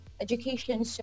Education